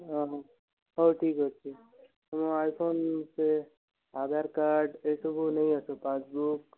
ହଉ ଠିକ୍ ଅଛି ତମ ଆଇଫୋନ୍ ସେ ଆଧାର କାର୍ଡ଼ ଏ ସବୁ ନେଇ ଆସ ପାସ୍ବୁକ୍